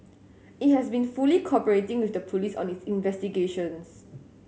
it has been fully cooperating with the police on its investigations